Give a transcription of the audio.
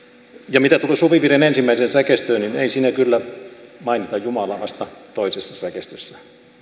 ja mitä tulee suvivirren ensimmäiseen säkeistöön niin ei siinä kyllä mainita jumalaa vasta toisessa säkeistössä